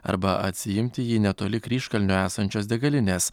arba atsiimti jį netoli kryžkalnio esančios degalinės